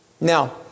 Now